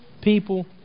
people